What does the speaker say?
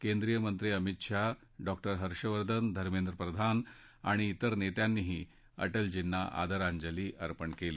केंद्रीय मंत्री अमित शाह डॉ हर्षवर्धन धर्मेंद्र प्रधान आणि तिर नेत्यांनीही अटलजींना आदरांजली अर्पण केली